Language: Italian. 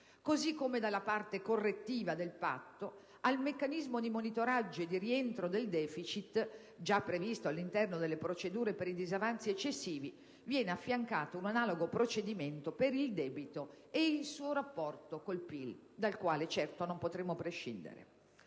Così come nella parte correttiva del Patto al meccanismo di monitoraggio e di rientro del deficit, già previsto all'interno delle procedure per i disavanzi eccessivi, viene affiancato un analogo procedimento per il debito e il suo rapporto con il PIL dal quale, certo, non potremo prescindere.